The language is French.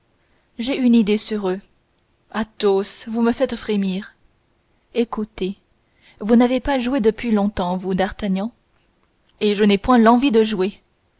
j'ai une idée sur eux athos vous me faites frémir écoutez vous n'avez pas joué depuis longtemps vous d'artagnan et je n'ai point l'envie de jouer